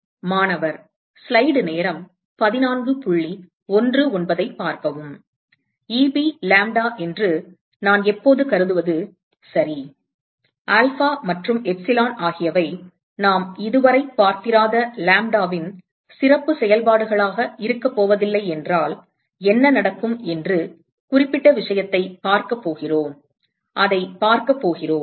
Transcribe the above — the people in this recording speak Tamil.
மாணவர் Eb லாம்ப்டா என்று நான் எப்போதும் கருதுவது சரி ஆல்பா மற்றும் எப்சிலான் ஆகியவை நாம் இதுவரை பார்த்திராத லாம்ப்டாவின் சிறப்புச் செயல்பாடுகளாக இருக்கப் போவதில்லை என்றால் என்ன நடக்கும் என்று குறிப்பிட்ட விஷயத்தைப் பார்க்கப் போகிறோம் அதைப் பார்க்கப் போகிறோம்